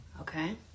Okay